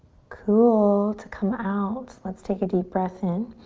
cool. to come out let's take a deep breath in.